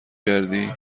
کردی